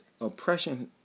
Oppression